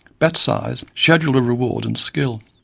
bet size, schedule of reward and skill.